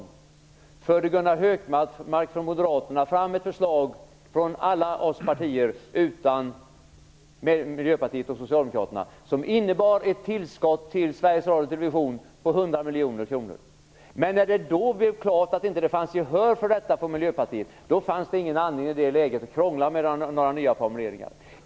I utskottet förde Gunnar Hökmark från Moderaterna fram ett förslag från alla partier, förutom Miljöpartiet och När det då blev klart att det inte fanns gehör för detta från Miljöpartiet fanns det ingen anledning att krångla med några nya formuleringar.